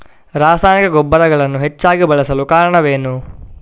ರಾಸಾಯನಿಕ ಗೊಬ್ಬರಗಳನ್ನು ಹೆಚ್ಚಾಗಿ ಬಳಸಲು ಕಾರಣವೇನು?